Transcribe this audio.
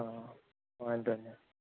હં વાંધો નહીં